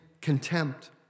contempt